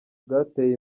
bwateye